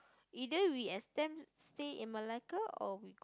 either we extend stay in Malacca or we